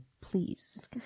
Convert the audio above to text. please